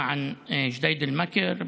אולם כאן בישראל איש לא מזועזע,